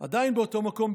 עדיין באותו מקום,